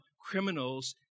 criminals